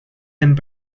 and